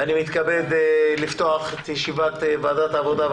ואני מתכבד לפתוח את ישיבת ועדת העבודה,